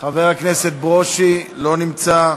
חבר הכנסת ברושי, לא נמצא,